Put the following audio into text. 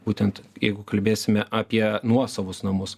būtent jeigu kalbėsime apie nuosavus namus